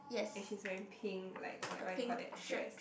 and she's wearing pink like what what you call that dress